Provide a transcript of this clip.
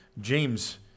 James